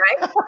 Right